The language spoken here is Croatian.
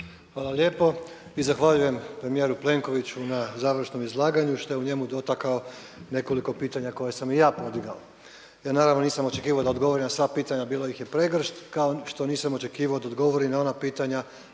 Hvala lijepo. I zahvaljujem premijeru Plenkoviću na završnom izlaganju, što je u njemu dotakao nekoliko pitanja koje sam i ja podigao. Ja naravno nisam očekivao da odgovori na sva pitanja, bilo ih je pregršt, kao što nisam očekivao da odgovori na ona pitanja